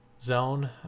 zone